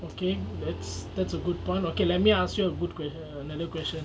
okay that's that's a good point okay let me ask you a good question another question